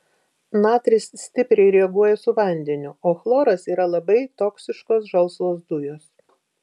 natris stipriai reaguoja su vandeniu o chloras yra labai toksiškos žalsvos dujos